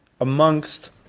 amongst